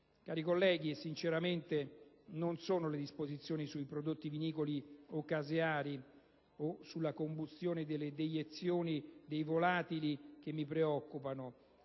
Cari colleghi, sinceramente, non sono le disposizioni sui prodotti vinicoli o caseari o sulla combustione delle deiezioni dei volatili che mi preoccupano,